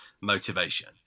motivation